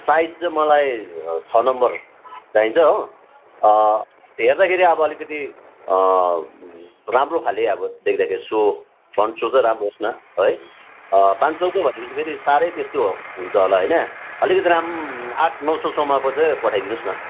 size चाहिँ मलाई छ नम्बर चाहिन्छ हो हेर्दाखेरि अब अलिकति राम्रो खाले अब देख्दा सो फ्रन्ट सो चाहिँ राम्रो होस् न है पाँच सौको भने पछि साह्रै त्यस्तो हुन्छ होला होइन अलिकति राम्र आठ नौ सौसम्मको चाहिँ पठाइ दिनुहोस् न